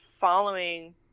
following